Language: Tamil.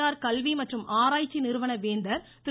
ஆர் கல்வி மற்றும் ஆராய்ச்சி நிறுவன வேந்தர் திரு